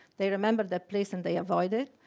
they remember that place and they avoid it.